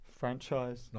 Franchise